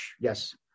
yes